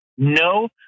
No